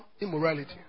immorality